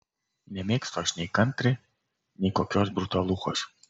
nemėgstu aš nei kantri nei kokios brutaluchos